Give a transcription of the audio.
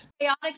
Chaotic